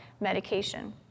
medication